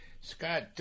Scott